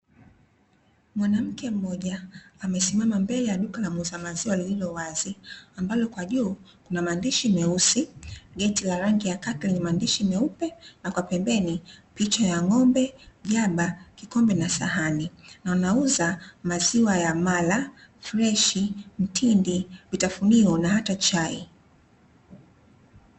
Mwanamke mmoja, amesimama mbele ya duka la muuza maziwa lililo wazi. Ambalo kwa juu kuna maandishi meusi, geti la rangi ya khaki lenye maandishi meupe na kwa pembeni; picha ya ng'ombe, jaba, kikombe na sahani. Na anauza maziwa ya mala, freshi, mtindi, vitafunio na hata chai.